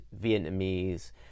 Vietnamese